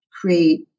create